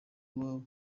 iwabo